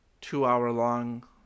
two-hour-long